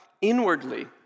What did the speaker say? inwardly